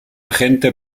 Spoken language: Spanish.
gente